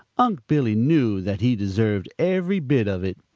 unc' billy knew that he deserved every bit of it.